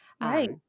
right